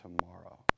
tomorrow